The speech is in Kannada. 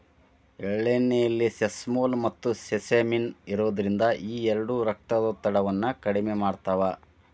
ಎಳ್ಳೆಣ್ಣೆಯಲ್ಲಿ ಸೆಸಮೋಲ್, ಮತ್ತುಸೆಸಮಿನ್ ಇರೋದ್ರಿಂದ ಈ ಎರಡು ರಕ್ತದೊತ್ತಡವನ್ನ ಕಡಿಮೆ ಮಾಡ್ತಾವ